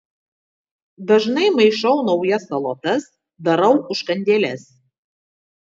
dažnai maišau naujas salotas darau užkandėles